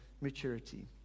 maturity